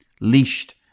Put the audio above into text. leashed